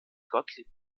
gottlieb